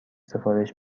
سفارش